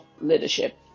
leadership